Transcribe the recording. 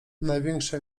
największe